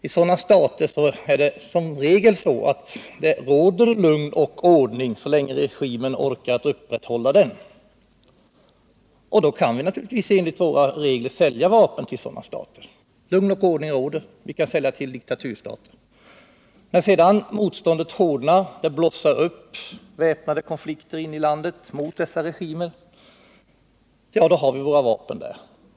I sådana stater råder som regel lugn och ordning så länge regimen orkar upprätthålla ett sådant tillstånd, och då kan vi enligt våra regler sälja vapen till dem. När motståndet mot regimen hårdnar och det blåser upp väpnade konflikter inne i landet, då har vi våra vapen där.